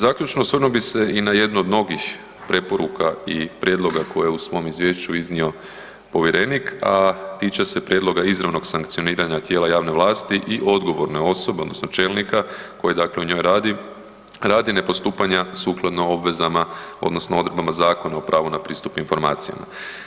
Zaključno, osvrnuo bih se i na jednu od mnogih preporuka i prijedloga koje je u svom izvješću iznio povjerenik, a tiče se prijedloga izravnog sankcioniranja tijela javne vlasti i odgovorne osobe odnosno čelnika koji dakle u njoj radi, radi ne postupanja sukladno obvezama odnosno odredbama Zakona o pravu na pristup informacijama.